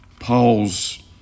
Paul's